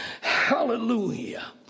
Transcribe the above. hallelujah